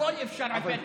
הכול אפשר על פי התקנון.